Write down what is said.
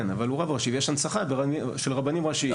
כן, אבל הוא רב ראשי ויש הנצחה של רבנים ראשיים.